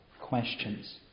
questions